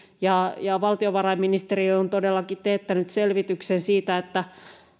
valtiovarainministeriö on todellakin teettänyt selvityksen siitä että